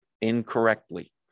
incorrectly